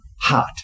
hot